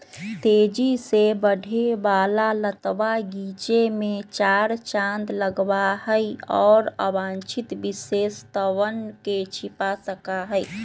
तेजी से बढ़े वाला लतवा गीचे में चार चांद लगावा हई, और अवांछित विशेषतवन के छिपा सका हई